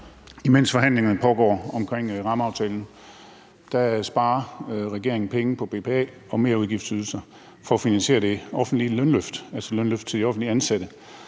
Imens forhandlingerne om rammeaftalen pågår, sparer regeringen penge på BPA og merudgiftsydelser for at finansiere det offentlige lønløft, altså et lønløft til de offentlige ansatte.